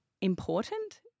important